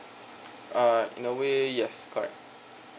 uh in a way yes correct